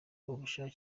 ububasha